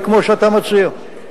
היא כמו שאתה מציע,